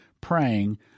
praying